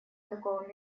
такого